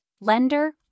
lender